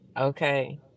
okay